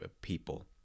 people